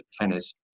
tennis